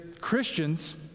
Christians